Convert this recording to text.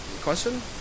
Question